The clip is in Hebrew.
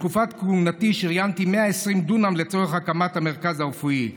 בתקופת כהונתי שריינתי 120 דונם לצורך הקמת המרכז הרפואי.